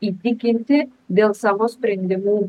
įtikinti dėl savo sprendimų